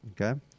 Okay